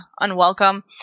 unwelcome